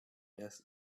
does